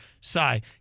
Sigh